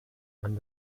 man